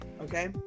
okay